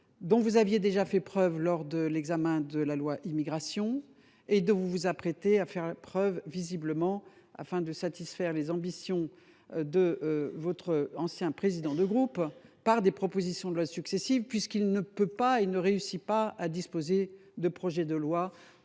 dont vous aviez déjà fait preuve lors de l’examen de la loi Immigration. Visiblement, vous vous apprêtez à récidiver, afin de satisfaire les ambitions de votre ancien président de groupe par des propositions de loi successives, puisqu’il ne parvient pas à déposer de projets de loi